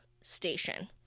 station